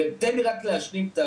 תן לי רק להשלים.